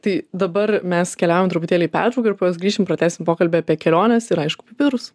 tai dabar mes keliaujam truputėlį į pertrauką ir po jos grįšim pratęsim pokalbį apie keliones ir aišku pipirus